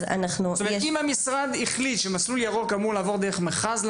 אם המשרד החליט שמסלול ירוק אמור לעבור דרך מכרז,